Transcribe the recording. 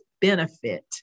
benefit